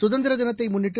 கதந்திரதினத்தைமுன்னிட்டு